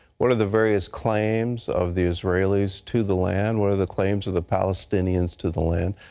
what are the various claims of the israelis to the land? what are the claims of the palestinians to the land?